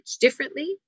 differently